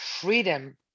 freedom